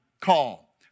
call